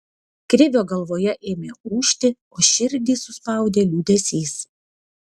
krivio galvoje ėmė ūžti o širdį suspaudė liūdesys